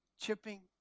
chipping